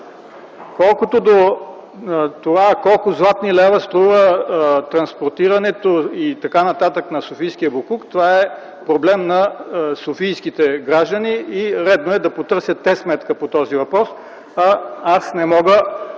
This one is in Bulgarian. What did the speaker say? случи това. Колко златни лева струва транспортирането и така нататък на софийския боклук - това е проблем на софийските граждани и е редно те да потърсят сметка по този въпрос. Аз не мога